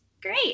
great